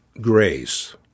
grace